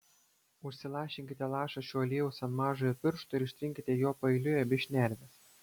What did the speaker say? užsilašinkite lašą šio aliejaus ant mažojo piršto ir ištrinkite juo paeiliui abi šnerves